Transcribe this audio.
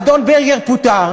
האדון ברגר פוטר